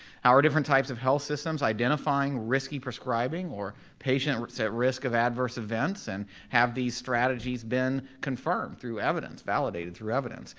how are different types of health systems identifying risky prescribing or patients at risk of adverse events and have these strategies been confirmed through evidence, validated through evidence?